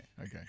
okay